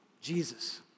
Jesus